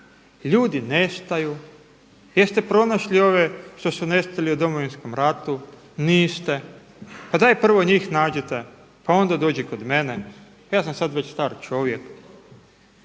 ljudi nestaju. Jeste pronašli ove što su nestali u Domovinskom ratu, niste, pa daj prvo njih nađite pa onda dođi kod mene ja sam već star čovjek.